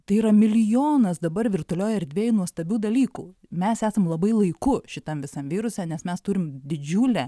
tai yra milijonas dabar virtualioj erdvėj nuostabių dalykų mes esam labai laiku šitam visam viruse nes mes turim didžiulę